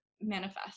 manifest